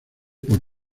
por